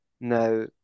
now